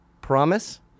Promise